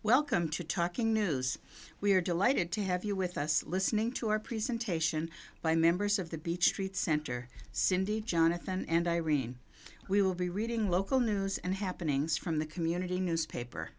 welcome to talking news we're delighted to have you with us listening to our presentation by members of the beech street center cindy jonathan and irene we will be reading local news and happenings from the community newspaper